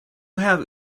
have